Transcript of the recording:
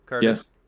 Yes